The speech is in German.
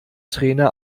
trainer